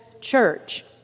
Church